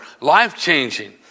life-changing